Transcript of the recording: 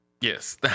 Yes